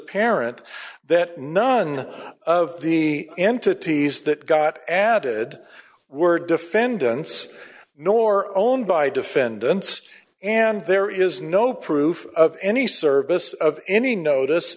parent that none of the entities that got added were defendants nor owned by defendants and there is no proof of any service of any notice